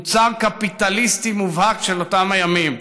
מוצר קפיטליסטי מובהק של אותם הימים.